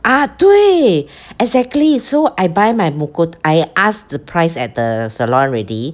ah 对 exactly so I buy my muco~ I asked the price at the salon already